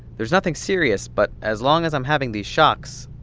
there's nothing serious, but as long as i'm having these shocks,